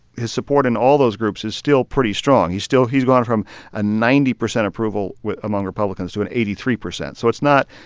his support in all those groups is still pretty strong. he's still he's gone from a ninety percent approval among republicans to an eighty three percent. so it's not,